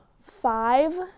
five